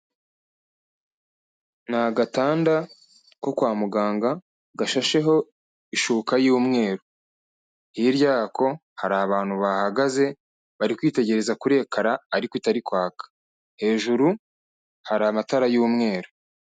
Ni agatanda ko kwa muganga, gashasheho ishuka y'umweru. Hirya yako, hari abantu bahahagaze bari kwitegereza kuri ekara ariko itari kwaka, hejuru hari amatara y'umweru.